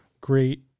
great